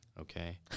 okay